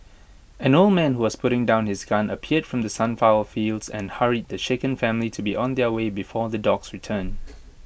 an old man who was putting down his gun appeared from the sunflower fields and hurried the shaken family to be on their way before the dogs return